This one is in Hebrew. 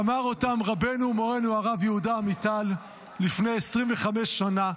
אמר אותם רבנו ומורנו הרב יהודה עמיטל לפני 25 שנה,